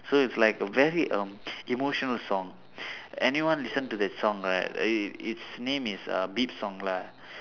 so it's like very err emotional song anyone listen to that song right it its name is uh beep song lah